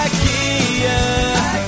Ikea